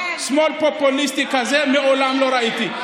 שמאל פופוליסטי כזה מעולם לא ראיתי.